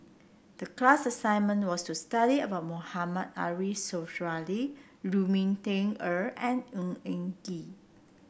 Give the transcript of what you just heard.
the class assignment was to study about Mohamed Ariff Suradi Lu Ming Teh Earl and Ng Eng Kee